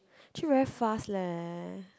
actually very fast leh